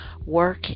work